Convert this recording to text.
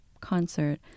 concert